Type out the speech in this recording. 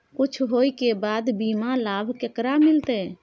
कुछ होय के बाद बीमा लाभ केकरा मिलते?